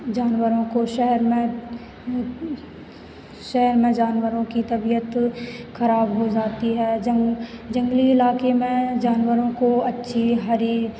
जानवरों को शहर में यह शहर में जानवरों की तबियत ख़राब हो जाती है जंग जंगली इलाके में जानवरों को अच्छी हरी